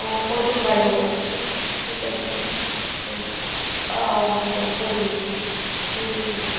অঁ কৈ দিম বাৰু মই ঠিক আছে অঁ অঁ হ'ব দিয়ক কৈ দিম মই